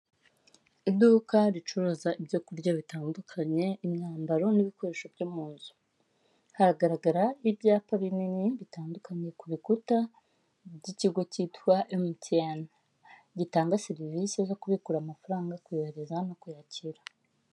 Iduka ricuruza ibyo kurya bitandukanye, imyambaro n'ibikoresho byo mu nzu. Hagaragara ibyapa binini bitandukanye ku bikuta by'ikigo cyitwa MTN, gitanga serivisi zo kubikura amafaranga, kuyohereza no kuyakira.